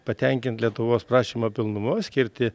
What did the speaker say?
patenkint lietuvos prašymą pilnumoj skirti